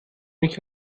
nicht